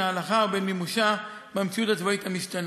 ההלכה ובין מימושה במציאות הצבאית המשתנה.